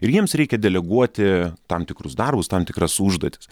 ir jiems reikia deleguoti tam tikrus darbus tam tikras užduotis